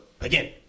again